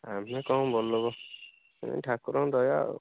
ଆମେ କ'ଣ ବଡ଼ ଲୋକ ଏଇ ଠାକୁରଙ୍କ ଦୟା ଆଉ